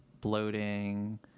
bloating